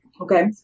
okay